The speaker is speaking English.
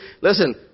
Listen